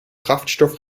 kraftstoff